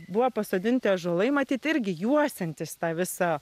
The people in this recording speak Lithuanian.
buvo pasodinti ąžuolai matyt irgi juosiantys tą visą